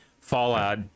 fallout